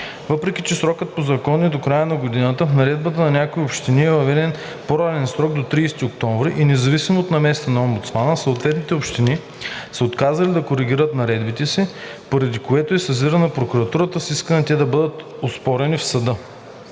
Въпреки че срокът по Закон е до края на годината, в наредбите на някои общини е въведен по-ранен срок – до 30 октомври, и независимо от намесата на омбудсмана съответните общини са отказали да коригират наредбите си, поради което е сезирана прокуратурата с искане да бъдат оспорени